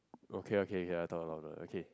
okay okay I talk louder okay